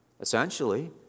essentially